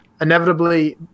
inevitably